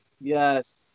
yes